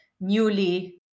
newly